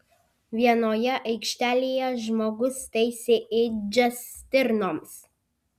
vienoje aikštelėje žmogus taisė ėdžias stirnoms